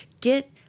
get